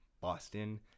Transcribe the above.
boston